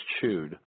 chewed